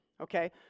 okay